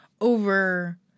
over